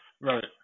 Right